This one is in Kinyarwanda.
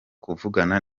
kuvugana